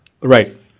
right